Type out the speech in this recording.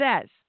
says